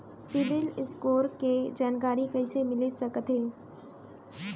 CIBIL score के जानकारी कइसे मिलिस सकथे?